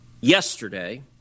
yesterday